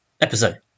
episode